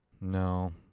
No